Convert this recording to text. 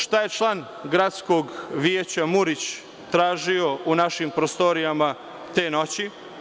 Šta je član gradskog veća Murić, tražio u našim prostorijama te noći?